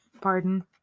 pardon